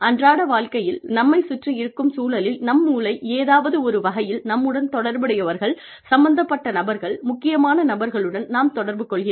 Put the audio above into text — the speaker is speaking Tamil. அன்றாட வாழ்க்கையில் நம்மைச் சுற்றி இருக்கும் சூழலில் நம் மூளை ஏதாவது ஒரு வகையில் நம்முடன் தொடர்புடையவர்கள் சம்பந்தப்பட்ட நபர்கள் முக்கியமான நபர்களுடன் நாம் தொடர்பு கொள்கிறது